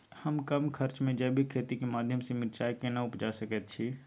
हम कम खर्च में जैविक खेती के माध्यम से मिर्चाय केना उपजा सकेत छी?